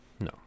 no